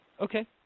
Okay